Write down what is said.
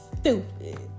stupid